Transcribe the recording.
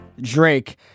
Drake